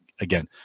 again